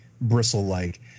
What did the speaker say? bristle-like